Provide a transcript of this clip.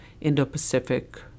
Indo-Pacific